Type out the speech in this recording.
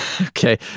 Okay